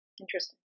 Interesting